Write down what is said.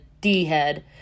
D-head